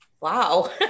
Wow